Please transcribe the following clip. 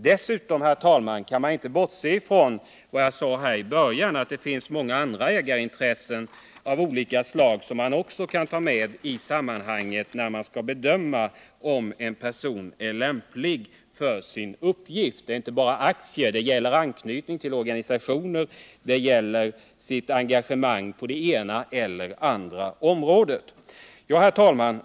Dessutom kan man inte, herr talman, bortse från vad jag i början sade, nämligen att det finns många andra ägarintressen och organisationsbindningar av olika slag som man också bör ta med i sammanhanget när man skall bedöma om en person är lämplig för sin uppgift i offentlig tjänst. Det gäller inte bara aktieinnehav utan också anknytning till intresseorganisationer och andra engagemang på det ena eller det andra området. Herr talman!